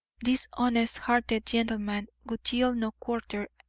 this honest-hearted gentleman would yield no quarter,